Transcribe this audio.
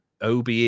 OBE